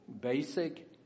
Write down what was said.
Basic